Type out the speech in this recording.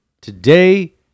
today